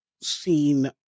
seen